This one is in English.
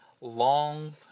long